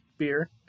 beer